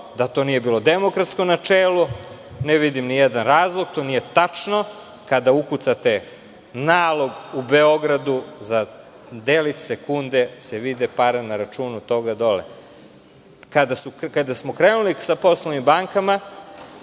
da to nije bilo demokratsko načelo, ne vidim ni jedan razlog to nije tačno, kada ukucate nalog u Beogradu za delić sekunde se vide pare na računu toga dole. Kada smo krenuli sa poslovnim bankama